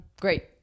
Great